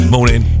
Morning